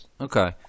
Okay